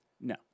No